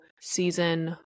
Season